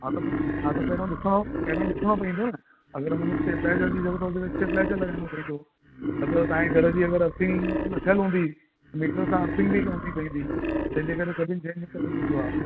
हा त हा त पहिरों ॾिसणो पहिरों ॾिसणो पवंदो न अगरि हुन में स्टेबिलाइज़र जी ज़रूरत हुजे त स्टेबिलाइज़र लॻाइणो पवंदो न त तव्हांजे घर जी अगरि अर्थिंग न थियल हूंदी मीटर सां अर्थिंग बि करिणी पवंदी जंहिं जे करे सभिनी शइ में कंरट ईंदो आहे